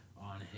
on